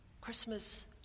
Christmas